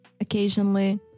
occasionally